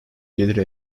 gelir